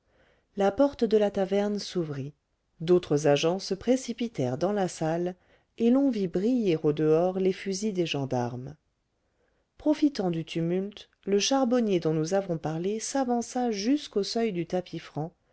la porte de la taverne s'ouvrit d'autres agents se précipitèrent dans la salle et l'on vit briller au dehors les fusils des gendarmes profitant du tumulte le charbonnier dont nous avons parlé s'avança jusqu'au seuil du